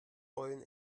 heulen